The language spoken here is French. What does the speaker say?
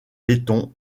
laiton